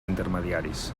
intermediaris